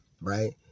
right